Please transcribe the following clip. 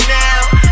now